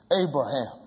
Abraham